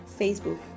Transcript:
Facebook